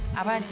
Aber